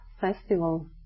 festival